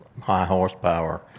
high-horsepower